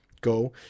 go